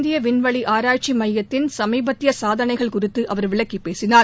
இந்திய வின்வெளி ஆராய்ச்சி மையத்தின் சமீபத்திய சாதனைகள் குறித்து அவர் விளக்கி பேசினார்